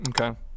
Okay